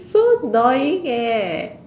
so annoying eh